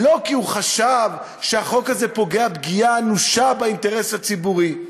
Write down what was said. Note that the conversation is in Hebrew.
לא כי הוא חשב שהחוק הזה פוגע פגיעה אנושה באינטרס הציבורי,